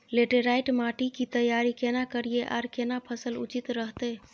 Laterite माटी की तैयारी केना करिए आर केना फसल उचित रहते?